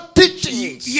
teachings